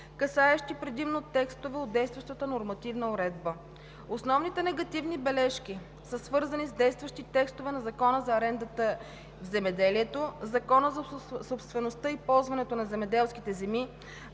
касаещи предимно текстове от действащата нормативна уредба. Основните негативни бележки са свързани с действащи текстове на Закона за арендата в земеделието, Закона за собствеността и ползването на земеделските земи,